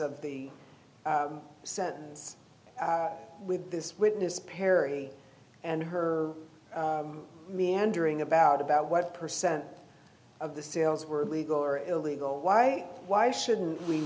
of the sentence with this witness perry and her meandering about about what percent of the sales were legal or illegal why why shouldn't we